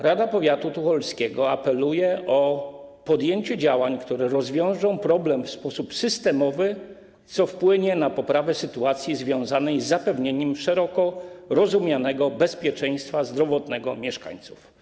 Rada Powiatu Tucholskiego apeluje o podjęcie działań, które rozwiążą problem w sposób systemowy, co wpłynie na poprawę sytuacji związanej z zapewnieniem szeroko rozumianego bezpieczeństwa zdrowotnego mieszkańców.